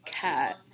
cat